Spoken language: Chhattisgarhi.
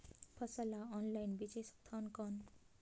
फसल ला ऑनलाइन बेचे सकथव कौन?